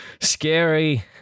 scary